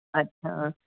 ਅੱਛਾ